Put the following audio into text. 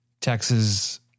Texas